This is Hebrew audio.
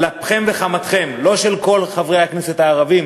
על אפכם וחמתכם, לא של כל חברי הכנסת הערבים,